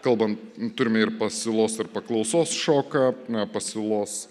kalbant turime ir pasiūlos ir paklausos šoką na pasiūlos